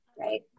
Right